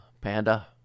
Panda